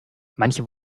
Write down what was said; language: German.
manche